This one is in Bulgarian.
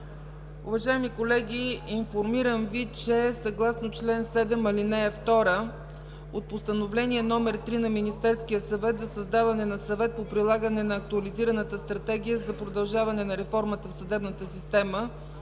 Уважаеми колеги, информирам Ви, че съгласно чл. 7, ал. 2 от Постановление № 3 на Министерския съвет за създаване на Съвет по прилагане на актуализираната Стратегия за продължаване на реформата в съдебната система,